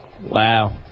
Wow